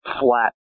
flat